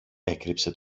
έκρυψε